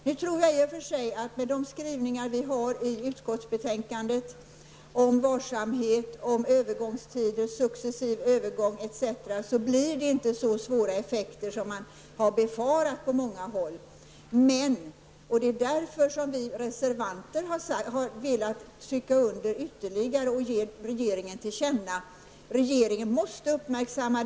Nu tror jag i och för sig att skrivningarna i utskottsbetänkandet om varsamhet, successiv övergång, m.m. innebär att det inte blir så svåra effekter som man på många håll har befarat. Men regeringen måste uppmärksamma detta och återkomma till riksdagen. Det är en självklarhet för oss i arbetsmarknadsutskottet.